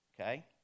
okay